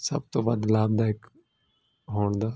ਸਭ ਤੋਂ ਵੱਧ ਲਾਭਦਾਇਕ ਹੋਣ ਦਾ